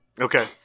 Okay